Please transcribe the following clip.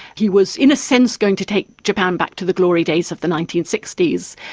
he was in a sense going to take japan back to the glory days of the nineteen sixty s.